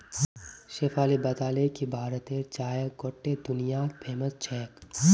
शेफाली बताले कि भारतेर चाय गोट्टे दुनियात फेमस छेक